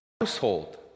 household